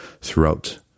throughout